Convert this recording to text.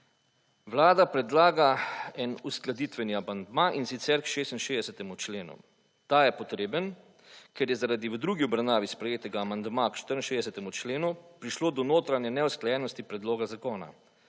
Vlada predlaga en uskladitveni amandma, in sicer k 66. členu. Ta je potreben, ker je zaradi v drugi obravnavi sprejetega amandmaja k 64. členu prišlo do notranje neusklajenost predloga zakona.